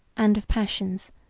and of passions,